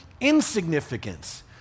insignificance